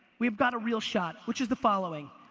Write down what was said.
we've got a real shot, which is the following.